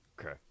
okay